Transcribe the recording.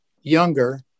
younger